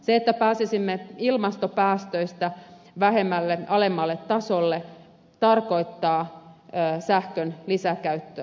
se että pääsisimme ilmastopäästöistä vähemmälle alemmalle tasolle tarkoittaa sähkön lisäkäyttöä